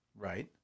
Right